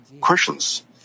questions